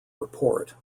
report